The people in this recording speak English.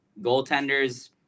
goaltenders